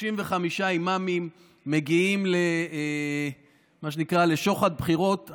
35 אימאמים מגיעים כמה שנקרא לשוחד בחירות,